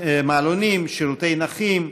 שירותי נכים,